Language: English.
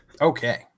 Okay